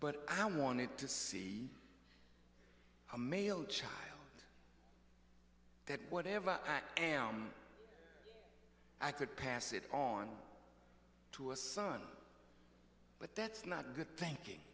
ut i wanted to see a male child that whatever i am i could pass it on to a son but that's not good thinking